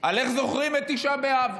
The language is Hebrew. על איך זוכרים את תשעה באב.